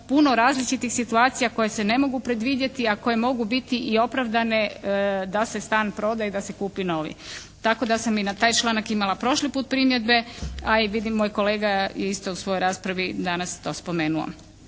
puno različitih situacija koje se ne mogu predvidjeti a koje mogu biti i opravdane da se stan proda i da se kupi novi. Tako da sam i na taj članak imala prošli puta primjedbe, a i vidimo i kolega je isto u svojoj raspravi danas to spomenuo.